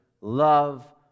love